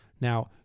Now